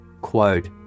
quote